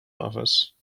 office